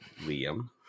Liam